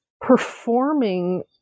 performing